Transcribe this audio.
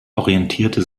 orientierte